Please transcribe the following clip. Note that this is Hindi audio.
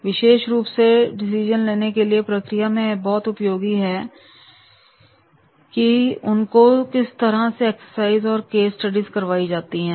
विशेष रुप से डिसीजन लेने के प्रक्रिया में यह बहुत उपयोगी हो जाता है कि उनको किस तरह की एक्सरसाइज और केस स्टडीज करवाई जाती हैं